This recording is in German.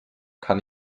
kann